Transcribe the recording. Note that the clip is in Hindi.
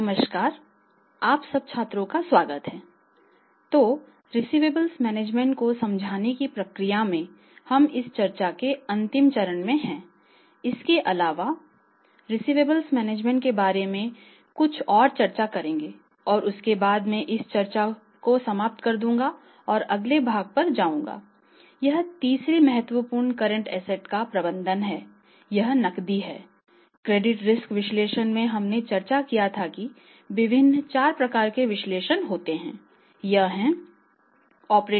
नमस्कारआप सब छात्रों का स्वागत है तो रिसीवेबल्स मैनेजमेंट के बारे में बात करेंगे